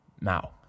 Now